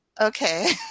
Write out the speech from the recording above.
okay